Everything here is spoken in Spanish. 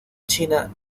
china